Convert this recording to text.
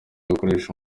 gukoresha